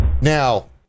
Now